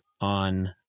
on